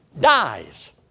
dies